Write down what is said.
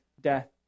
death